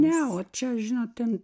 ne o čia žinot ten